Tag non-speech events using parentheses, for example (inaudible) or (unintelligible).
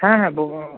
হ্যাঁ হ্যাঁ (unintelligible)